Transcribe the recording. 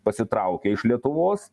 pasitraukė iš lietuvos